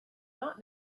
not